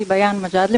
אני ביאן מג'אדלה,